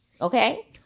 Okay